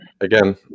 again